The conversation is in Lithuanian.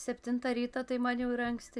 septintą ryto tai man jau yra anksti